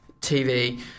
TV